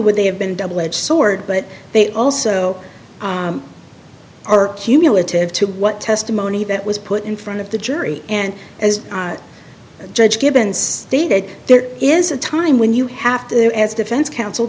would they have been double edge sword but they also are cumulative to what testimony that was put in front of the jury and as judge given stated there is a time when you have to as defense counsel